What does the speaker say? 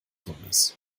hundes